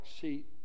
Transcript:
seat